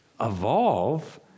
evolve